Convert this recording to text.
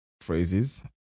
phrases